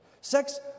Sex